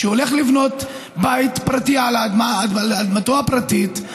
שהולך לבנות בית פרטי על אדמתו הפרטית,